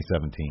2017